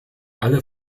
alle